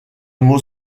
mot